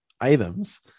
items